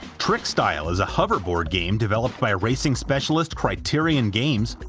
trickstyle is a hoverboard game developed by racing specialist criterion games,